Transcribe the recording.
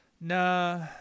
nah